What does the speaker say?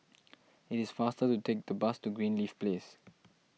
it is faster to take the bus to Greenleaf Place